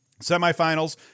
semifinals